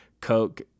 Coke